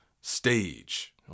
stage